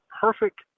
perfect